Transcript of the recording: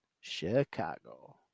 Chicago